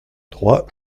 trois